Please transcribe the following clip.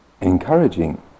encouraging